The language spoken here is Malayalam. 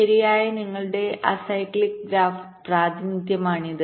ശരിയായ നിങ്ങളുടെ അസൈക്ലിക് ഗ്രാഫ്പ്രാതിനിധ്യമാണിത്